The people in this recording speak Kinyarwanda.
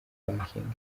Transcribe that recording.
banking